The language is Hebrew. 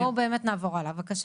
בסדר, בואו באמת נעבור הלאה, בבקשה.